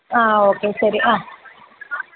ആ ഓക്കെ ശരി ആ